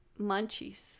munchies